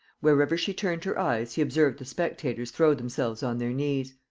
wherever she turned her eyes he observed the spectators throw themselves on their knees.